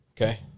Okay